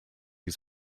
his